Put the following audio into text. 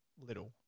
little